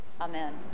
Amen